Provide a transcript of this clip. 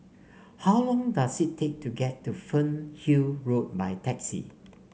how long does it take to get to Fernhill Road by taxi